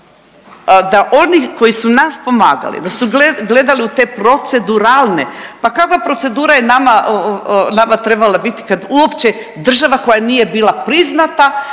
da oni koji su nas pomagali da su gledali u te proceduralne. Pa kakva je procedura nama trebala biti kad uopće država koja nije bila priznata,